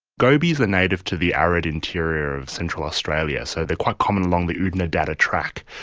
gobies are native to the arid interior of central australia, so they are quite common along the oodnadatta track,